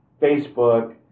Facebook